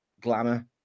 glamour